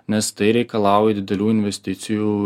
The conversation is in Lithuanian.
nes tai reikalauja didelių investicijų